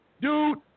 Dude